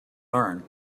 learn